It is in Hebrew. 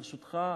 ברשותך,